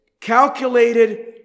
calculated